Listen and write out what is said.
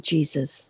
Jesus